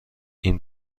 این